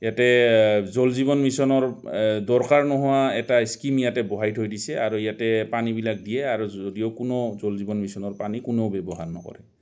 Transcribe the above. ইয়াতে জল জীৱন মিছনৰ দৰকাৰ নোহোৱা এটা স্কিম ইয়াতে বহাই থৈ দিছে আৰু ইয়াতে পানীবিলাক দিয়ে আৰু যদিও কোনো জল জীৱন মিছনৰ পানী কোনো ব্যৱহাৰ নকৰে